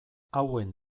hauen